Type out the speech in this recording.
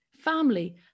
family